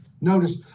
notice